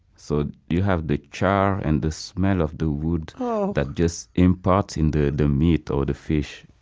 so you have the char and the smell of the wood that just imparts in the the meat or the fish.